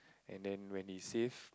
and then when he save